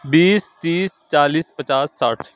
بیس تیس چالیس پچاس ساٹھ